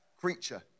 creature